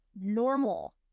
normal